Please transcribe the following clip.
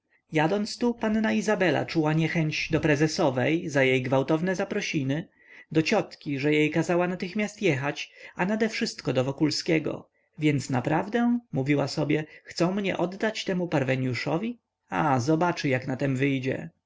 jadąc tu panna izabela czuła niechęć do prezesowej za jej gwałtowne zaprosiny do ciotki że jej kazała natychmiast jechać a nadewszystko do wokulskiego więc naprawdę mówiła sobie chcą mnie oddać temu parweniuszowi a zobaczy jak na tem wyjdzie